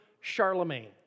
Charlemagne